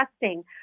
testing